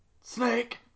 Snake